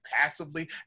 passively